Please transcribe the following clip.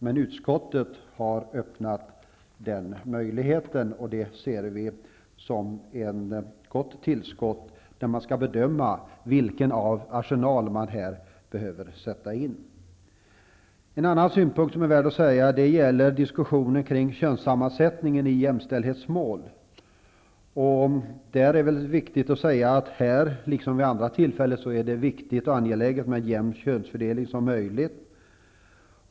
Att utskottet öppnar den möjligheten ser vi som ett gott tillskott när man skall bedöma vilken arsenal som man här behöver sätta in. En annan synpunkt gäller diskussionen kring könssammansättningen i jämställdhetsmål. I sådana fall är det liksom vid andra tillfällen angeläget med en så jämn könsfördelning som möjligt.